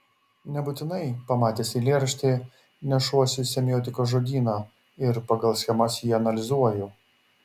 nebūtinai pamatęs eilėraštį nešuosi semiotikos žodyną ir pagal schemas jį analizuoju